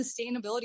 sustainability